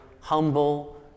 humble